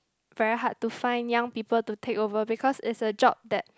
very hard to find young people to take over because is a job that